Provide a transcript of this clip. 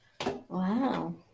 Wow